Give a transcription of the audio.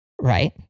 right